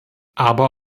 aber